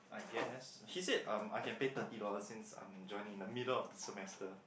I guess he said um I can pay thirty dollars since I am joining in the middle of semester